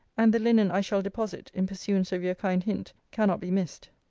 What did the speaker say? and the linen i shall deposit, in pursuance of your kind hint, cannot be missed.